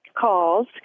calls